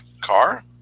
car